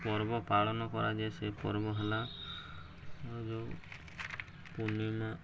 ପର୍ବ ପାଳନ କରାଯାଏ ସେ ପର୍ବ ହେଲା ଯେଉଁ ପୂର୍ଣ୍ଣିମା